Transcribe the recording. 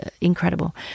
Incredible